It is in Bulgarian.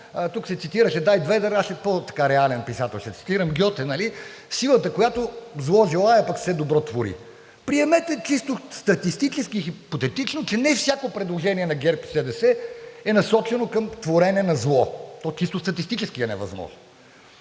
тук се цитираше Дарт Вейдър, аз по-реален писател ще цитирам, Гьоте: „Силата, която зло желае, пък все добро твори.“ Приемете, чисто статистически, хипотетично, че не всяко предложение на ГЕРБ-СДС е насочено към творене на зло, то чисто статистически е невъзможно.